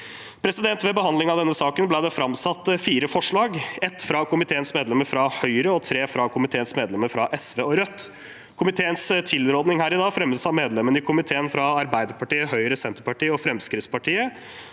frammøte. Ved behandling av denne saken ble det framsatt fire forslag: ett fra komiteens medlemmer fra Høyre og tre fra komiteens medlemmer fra SV og Rødt. Komiteens tilråding i dag fremmes av medlemmene i komiteen fra Arbeiderpartiet, Høyre, Senterpartiet og Fremskrittspartiet,